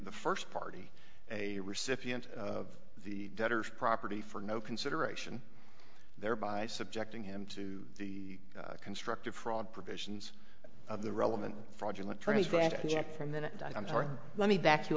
the first party a recipient of the debtors property for no consideration thereby subjecting him to the constructive fraud provisions of the relevant fraudulent traceback and yet from then and i'm sorry let me back you